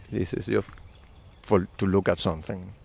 this is your fault to look at something.